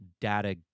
data